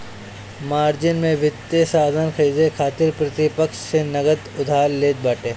margin में वित्तीय साधन खरीदे खातिर प्रतिपक्ष से नगद उधार लेत बाटे